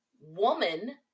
woman